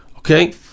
Okay